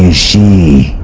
ah she